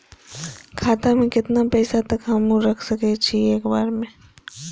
खाता में केतना पैसा तक हमू रख सकी छी एक बेर में?